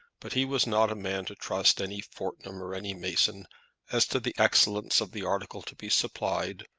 but he was not a man to trust any fortnum or any mason as to the excellence of the article to be supplied,